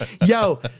Yo